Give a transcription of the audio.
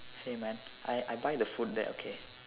hey man I I buy the food there okay